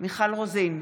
מיכל רוזין,